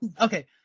okay